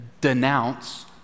denounce